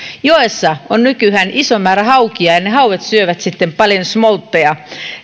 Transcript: joessa on nykyään iso määrä haukia ja ne hauet syövät sitten paljon smoltteja